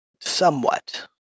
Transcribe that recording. Somewhat